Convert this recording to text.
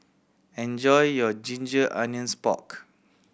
enjoy your ginger onions pork